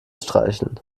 streicheln